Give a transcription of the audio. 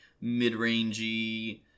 mid-rangey